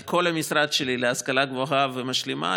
כל המשרד שלי להשכלה גבוהה ומשלימה,